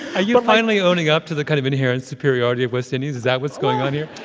are you finally owning up to the kind of inherent superiority of west indians? is that what's going on here?